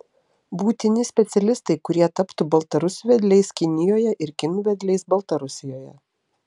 būtini specialistai kurie taptų baltarusių vedliais kinijoje ir kinų vedliais baltarusijoje